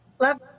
Love